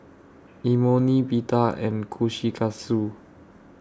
Imoni Pita and Kushikatsu